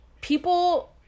people